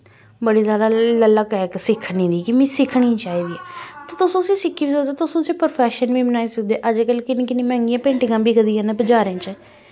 बड़ी जादा ललक ऐ इक सिक्खने दी कि मिगी सिक्खनी चाहिदी ऐ ते तुस उसी सिक्खी बी सकदे ओ तुस उसी प्रोफेशन बी बनाई सकदे अज्ज कल कि'न्नी कि'न्नी मैंह्गियां पेंटिंगां बिकदियां न बजारें च